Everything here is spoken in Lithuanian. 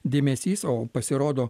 dėmesys o pasirodo